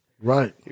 Right